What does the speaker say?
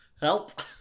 help